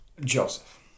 Joseph